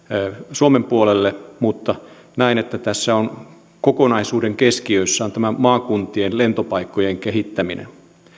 suomen puolelle mutta näen että tässä on kokonaisuuden keskiössä tämä maakuntien lentopaikkojen kehittäminen